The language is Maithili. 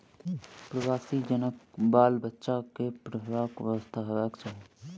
प्रवासी जनक बाल बच्चा के पढ़बाक व्यवस्था होयबाक चाही